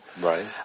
Right